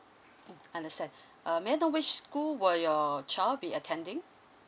understand uh may I know which school will your child be attending